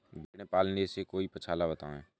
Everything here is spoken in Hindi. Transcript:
भेड़े पालने से कोई पक्षाला बताएं?